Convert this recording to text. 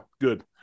good